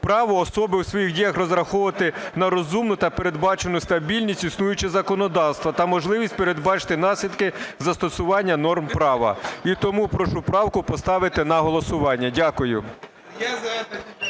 право особи у своїх діях розраховувати на розумну та передбачувану стабільність існуючого законодавства та можливість передбачити наслідки застосування норм права. І тому прошу правку поставити на голосування. Дякую.